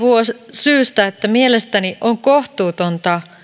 syystä että mielestäni on kohtuutonta